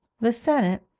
the senate,